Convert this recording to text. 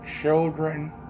children